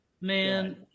man